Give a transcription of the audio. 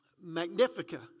Magnifica